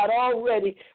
already